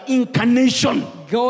incarnation